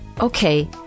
Okay